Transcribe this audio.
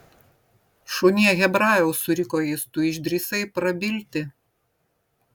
šunie hebrajau suriko jis tu išdrįsai prabilti